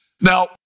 Now